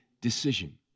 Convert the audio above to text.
decision